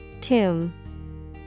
Tomb